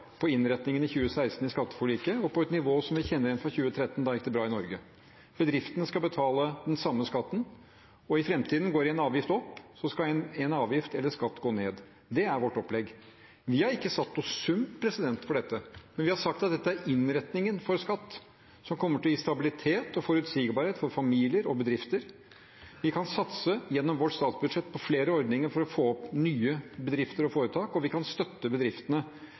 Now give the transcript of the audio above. på innretningen i 2016 i skatteforliket, og på et nivå som vi kjenner igjen fra 2013 – da gikk det bra i Norge. Bedriftene skal betale den samme skatten. Og i framtiden: Går én avgift opp, skal en avgift eller skatt gå ned. Det er vårt opplegg. Vi har ikke satt noen sum for dette, men vi har sagt at dette er innretningen for skatt, som kommer til å gi stabilitet og forutsigbarhet for familier og bedrifter. Vi kan satse gjennom vårt statsbudsjett på flere ordninger for å få opp nye bedrifter og foretak, og vi kan støtte bedriftene